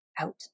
out